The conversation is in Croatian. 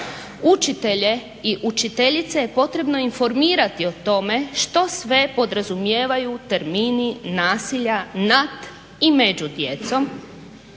Učitelje i učiteljice je potrebno informirati o tome što sve podrazumijevaju termini nasilja nad i među djecom